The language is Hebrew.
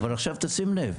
אבל עכשיו תשים לב,